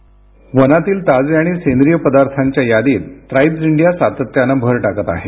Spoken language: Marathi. ध्वनी वनातील ताजे आणि सेंद्रिय पदार्थांच्या यादीत ट्राईब्ज इंडिया सातत्याने भर टाकत आहे